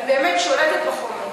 אני באמת שולטת בחומר.